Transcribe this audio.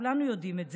כולנו יודעים את זה.